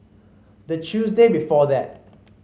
the Tuesday before that